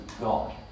God